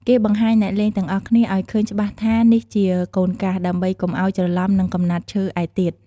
គេបង្ហាញអ្នកលេងទាំងអស់គ្នាឲ្យឃើញច្បាស់ថា នេះជា "កូនកាស" ដើម្បីកុំឲ្យច្រឡំនឹងកំណាត់ឈើឯទៀត។